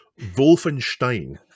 Wolfenstein